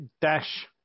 dash